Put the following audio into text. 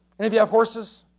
any of you have horses?